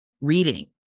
reading